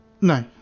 No